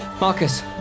Marcus